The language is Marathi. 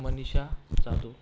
मनीषा जाधव